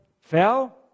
fell